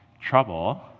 trouble